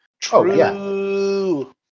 True